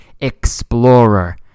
explorer